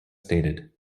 stated